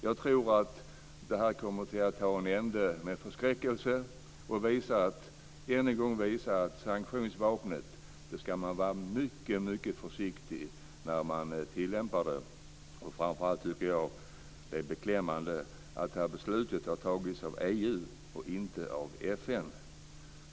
Jag tror att det här kommer att ta en ände med förskräckelse och än en gång visar att man ska vara mycket, mycket försiktig med att tillämpa sanktionsvapnet. Framför allt tycker jag att det är beklämmande att det här beslutet har tagits av EU och inte av FN.